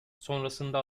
sonrasında